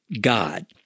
God